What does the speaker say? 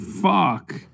fuck